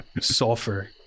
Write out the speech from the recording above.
sulfur